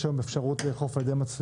יש היום אפשרות לאכוף על ידי מצלמות,